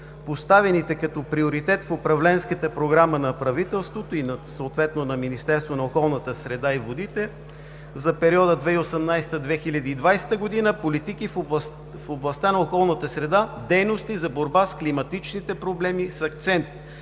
поставените като приоритет в Управленската програма на правителството, съответно на Министерството на околната среда и водите, за периода 2018 – 2020 г. политики в областта на околната среда, дейности за борба с климатичните проблеми, с акцент